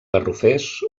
garrofers